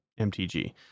MTG